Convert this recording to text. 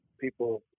people